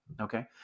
Okay